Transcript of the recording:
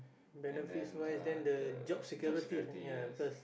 benefits wise then the job security ya because